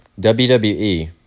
WWE